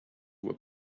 were